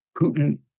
Putin